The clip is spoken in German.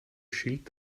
schild